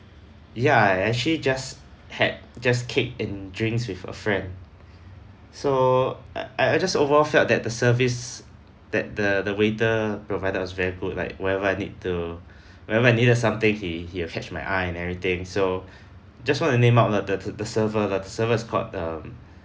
ya I actually just had just cake and drinks with a friend so I I just overall felt that the service that the the waiter provided was very good like wherever I need to wherever I needed something he he will catch my eye and everything so just wanna name out lah the the server lah the server is called um